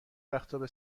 وقتابه